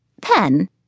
pen